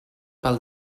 pel